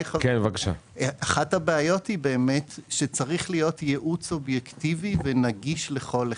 אחת הבעיות היא שצריך להיות ייעוץ אובייקטיבי ונגיש לכל אחד.